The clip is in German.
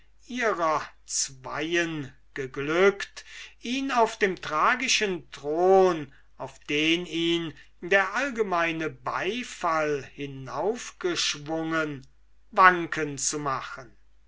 ihrer zweenen geglückt ihn auf dem tragischen thron auf den ihm der allgemeine beifall hinauf geschwungen wanken zu machen